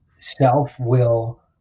self-will